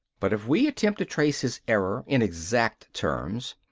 but if we attempt to trace his error in exact terms,